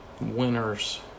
Winners